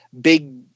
big